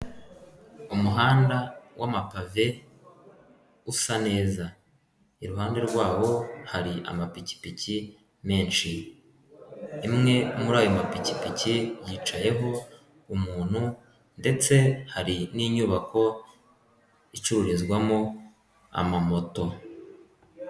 Umuhanda wamapave usa neza, iruhande rwawo hari amapikipiki menshi, imwe muri ayo mapikipiki yicayeho umuntu ndetse hari n'inyubako icururizwamo amamoto.